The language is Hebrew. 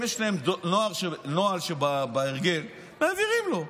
הם, יש להם נוהל שבהרגל, מעבירים לו.